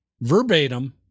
verbatim